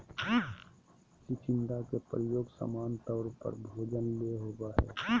चिचिण्डा के प्रयोग सामान्य तौर पर भोजन ले होबो हइ